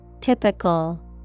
Typical